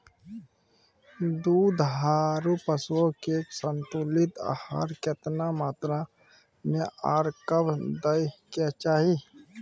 दुधारू पशुओं के संतुलित आहार केतना मात्रा में आर कब दैय के चाही?